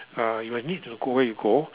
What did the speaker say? uh you might need to go where you go